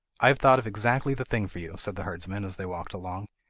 i have thought of exactly the thing for you said the herdsman as they walked along,